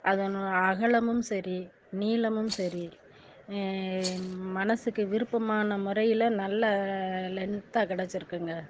அதனோடய அகலமும் சரி நீளமும் சரி மனதுக்கு விருப்பமான முறையில் நல்ல லெந்தாக கிடச்சிருக்குங்க